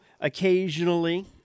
occasionally